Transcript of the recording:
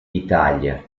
italia